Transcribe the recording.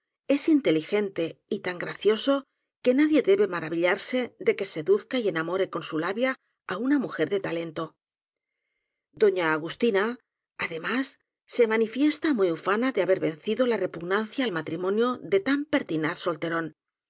es inteligente y tan gracioso que nadie debe maravillarse de que se duzca y enamore con su labia á una mujer de ta lento doña agustina además se manifiesta muy ufana de haber vencido la repugnancia al matri monio de tan pertinaz solterón